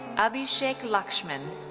abisshek lakshman.